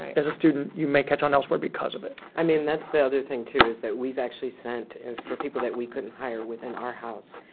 as a student, you may catch on elsewhere because of it. i mean that's the other thing, too, is that we've actually sent for people that we couldn't hire within our house,